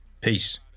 Peace